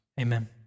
Amen